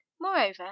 Moreover